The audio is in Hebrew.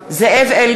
(קוראת בשמות חברי הכנסת) זאב אלקין,